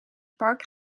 park